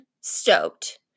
stoked